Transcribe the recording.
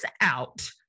out